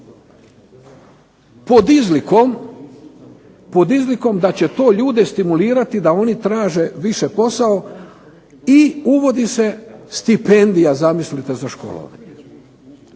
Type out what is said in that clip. pod izlikom da će to ljude stimulirati da oni traže više posao i uvodi se stipendija, zamislite, za školovanje.